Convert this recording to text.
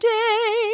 day